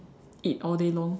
eat all day long